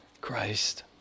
Christ